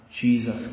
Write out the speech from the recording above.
Jesus